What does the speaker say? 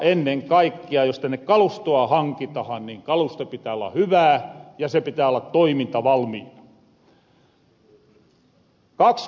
ennen kaikkia jos tänne kalustoa hankitahan niin kalusto pitää olla hyvää ja se pitää olla toimintavalmiina